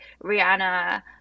rihanna